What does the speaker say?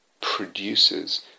produces